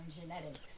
genetics